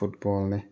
ꯐꯨꯠꯕꯣꯜꯅꯦ